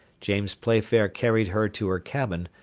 james playfair carried her to her cabin,